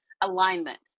alignment